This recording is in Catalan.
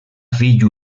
fill